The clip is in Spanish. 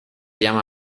llama